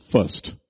first